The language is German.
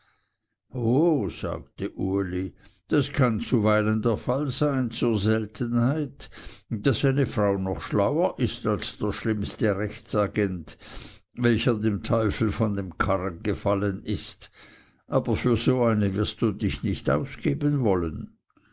sagte uli das kann zuweilen der fall sein zur seltenheit daß eine frau noch schlauer ist als der schlimmste rechtsagent welcher dem teufel von dem karren gefallen ist aber für so eine wirst du dich nicht ausgeben wollen